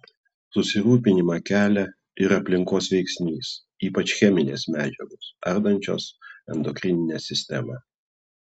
susirūpinimą kelia ir aplinkos veiksnys ypač cheminės medžiagos ardančios endokrininę sistemą